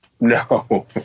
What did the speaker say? no